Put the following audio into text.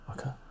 Okay